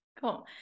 cool